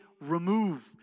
remove